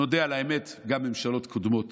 נודה על האמת, גם ממשלות קודמות